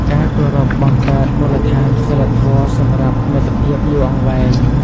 ការគោរពបង្កើតមូលដ្ឋានសីលធម៌សម្រាប់មិត្តភាពយូរអង្វែង។